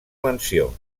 mansió